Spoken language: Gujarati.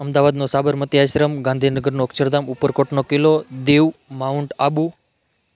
અમદાવાદનો સાબરમતી આશ્રમ ગાંધીનગરનો અક્ષરધામ ઉપરકોટનો કિલ્લો દીવ માઉન્ટ આબુ